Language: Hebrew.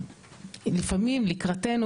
ולפעמים באים לקראתנו